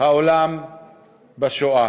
העולם בשואה.